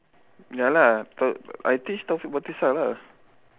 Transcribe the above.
ya lah tau~ I teach taufik batisah lah